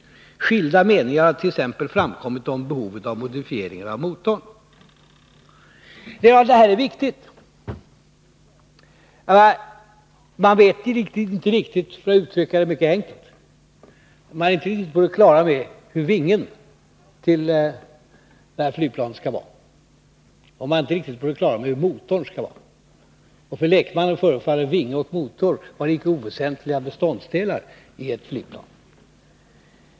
Skilda meningar har t.ex. framkommit om behovet av modifieringar av motorn. Det här är viktigt. Man är, för att uttrycka det mycket enkelt, inte riktigt på det klara med hur vingen till flygplanet skall vara, och man är inte riktigt på det klara med hur motorn skall vara. För lekmannen förefaller vinge och motor vara icke oväsentliga beståndsdelar i ett flygplan.